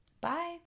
Bye